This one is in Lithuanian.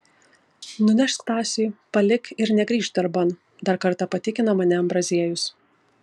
nunešk stasiui palik ir negrįžk darban dar kartą patikino mane ambraziejus